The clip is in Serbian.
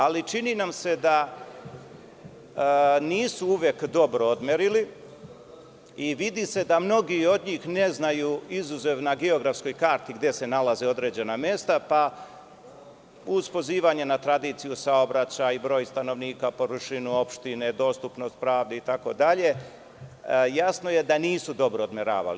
Ali, čini nam se da nisu uvek dobro odmerili i vidi se da mnogi od njih ne znaju, izuzev na geografskoj karti, gde se nalaze određena mesta, pa uz pozivanje na tradiciju, saobraćaj, broj stanovnika, površinu opštine, dostupnost pravde itd, jasno je da nisu dobro odmeravali.